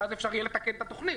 ואז אפשר יהיה לתקן את התוכנית.